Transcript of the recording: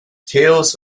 tales